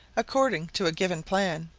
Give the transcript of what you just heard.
according to a given plan.